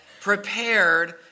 prepared